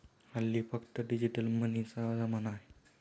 हल्ली फक्त डिजिटल मनीचा जमाना आहे